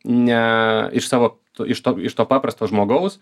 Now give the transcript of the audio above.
ne iš savo iš to iš to paprasto žmogaus